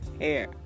hair